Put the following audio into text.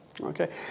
Okay